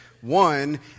One